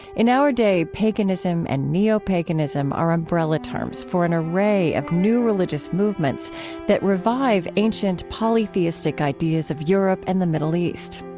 in our day, paganism and neopaganism are umbrella terms for an array of new religious movements that revive ancient polytheistic ideas of europe and the middle east.